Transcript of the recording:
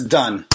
done